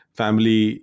family